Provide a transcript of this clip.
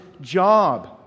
job